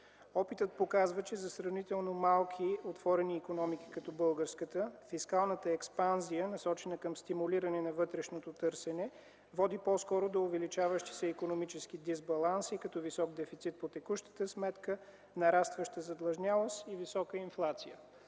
Опитът показва, че за сравнително малки, отворени икономики като българската фискалната експанзия, насочена към стимулиране на вътрешното търсене, води по-скоро до увеличаващ се икономически дисбаланс и висок дефицит по текущата сметка, нарастваща задлъжнялост и висока инфлация.